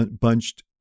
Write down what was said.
bunched